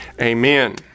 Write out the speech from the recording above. Amen